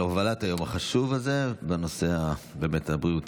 הובלת היום החשוב הזה בנושא הבריאותי.